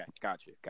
gotcha